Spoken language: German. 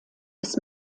bis